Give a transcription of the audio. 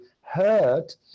hurt